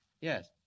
Yes